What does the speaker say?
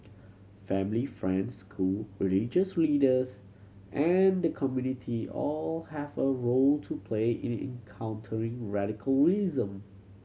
family friends school religious leaders and the community all have a role to play it in countering